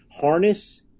Harness